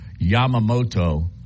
Yamamoto